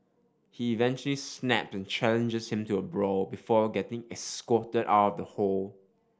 he eventually snap and challenges him to a brawl before getting escorted out of the hall